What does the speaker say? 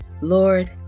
Lord